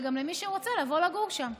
וגם למי שרוצה לבוא לגור שם.